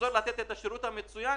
מציעים